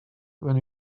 when